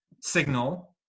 signal